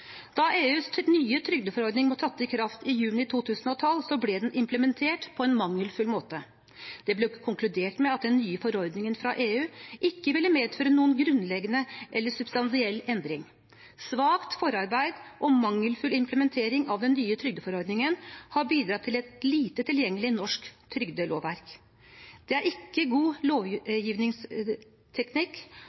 Da EUs nye trygdeforordning trådte i kraft i juni 2012, ble den implementert på en mangelfull måte. Det ble konkludert med at den nye forordningen fra EU ikke ville medføre noen grunnleggende eller substansiell endring. Svakt forarbeid og mangelfull implementering av den nye trygdeforordningen har bidratt til et lite tilgjengelig norsk trygdelovverk. Det er ikke god lovgivningsteknikk,